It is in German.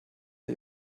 der